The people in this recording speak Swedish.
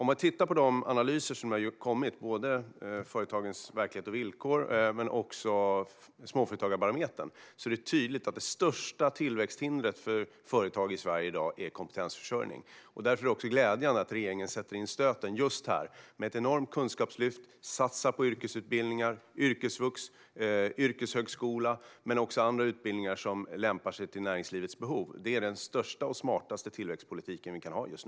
Om man tittar på de analyser som har kommit, både Företagens villkor och verklighet 2017 och Småföretagarbarometern, ser man tydligt att det största tillväxthindret för företag i Sverige i dag är kompetensförsörjning. Därför är det glädjande att regeringen sätter in stöten just där med ett enormt kunskapslyft. Vi satsar på yrkesutbildningar, yrkesvux, yrkeshögskola och även andra utbildningar som lämpar sig för näringslivets behov. Detta är den största och smartaste tillväxtpolitiken som vi kan ha just nu.